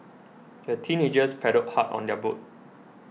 the teenagers paddled hard on their boat